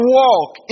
walk